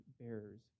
bearers